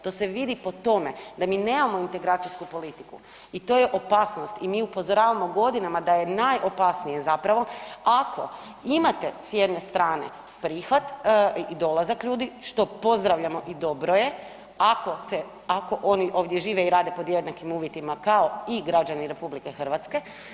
To se vidi po tome da mi nemamo integracijsku politiku i to je opasnost i mi upozoravamo godinama da je najopasnije zapravo ako imate s jedne strane prihvat i dolazak ljudi što pozdravljamo i dobro je, ako oni ovdje žive i rade pod jednaki uvjetima kao i građani RH.